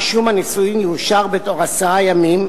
רישום הנישואים יאושר בתוך עשרה ימים,